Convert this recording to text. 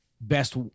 best